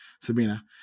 Sabina